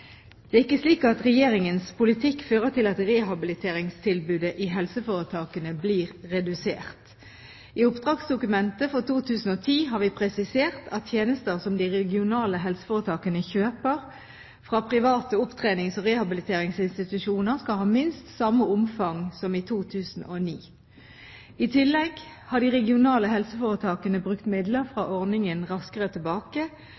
Det er ikke slik at Regjeringens politikk fører til at rehabiliteringstilbudet i helseforetakene blir redusert. I Oppdragsdokument for 2010 har vi presisert at tjenester som de regionale helseforetakene kjøper fra private opptrenings- og rehabiliteringsinstitusjoner, skal ha minst samme omfang som i 2009. I tillegg har de regionale helseforetakene brukt midler fra ordningen Raskere tilbake